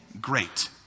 great